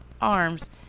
arms